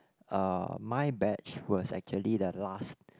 uh my batch was actually the last